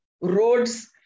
roads